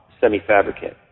semi-fabricate